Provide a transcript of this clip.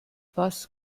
was